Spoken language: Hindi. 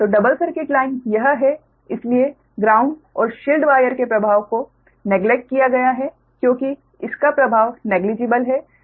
तो डबल सर्किट लाइन यह है इसलिए ग्राउंड और शील्ड वायर के प्रभाव को उपेक्षित किया गया है क्योंकि इसका प्रभाव नगण्य है